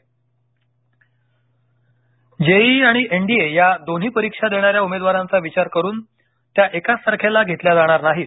JEE JEE मुख्य आणि NDA या दोन्ही परीक्षा देणाऱ्या उमेदवारांचा विचार करून त्या एकाच तारखेला घेतल्या जाणार नाहीत